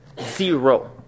Zero